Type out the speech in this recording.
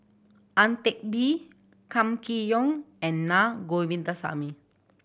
Ang Teck Bee Kam Kee Yong and Naa Govindasamy